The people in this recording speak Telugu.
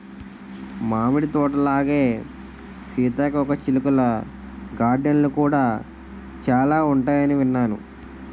మామిడి తోటలాగే సీతాకోకచిలుకల గార్డెన్లు కూడా చాలా ఉంటాయని విన్నాను